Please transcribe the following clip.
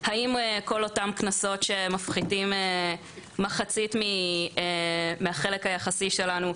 האם כל אותם קנסות שמפחיתים מחצית מהחלק היחסי שלנו,